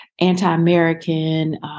anti-American